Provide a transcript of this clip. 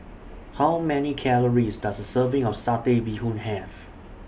How Many Calories Does A Serving of Satay Bee Hoon Have